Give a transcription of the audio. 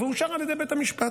ואושר על ידי בית המשפט.